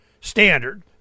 standard